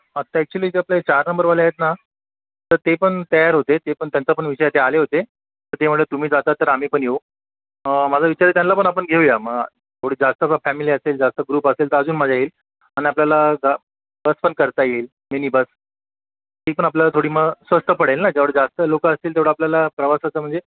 आता ॲक्चुली ते आपले चार नंबरवाले आहेत ना तर ते पण तयार होते ते पण त्यांचा पण विचार ते आले होते तर ते म्हणाले तुम्ही जाता तर आम्ही पण येऊ माझा विचार आहे त्यांना पण आपण घेऊया मग थोडी जास्त फ फॅमिली असेल जास्त ग्रुप असेल तर अजून मजा येईल आणि आपल्याला जा बस पण करता येईल मिनीबस ती पण आपल्याला थोडी मग स्वस्त पडेल न जेवढे जास्त लोकं असतील तेवढं आपल्याला प्रवासाचं म्हणजे